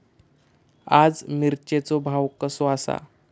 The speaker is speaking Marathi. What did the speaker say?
आज मिरचेचो भाव कसो आसा?